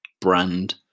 brand